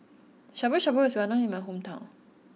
Shabu Shabu is well known in my hometown